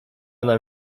nam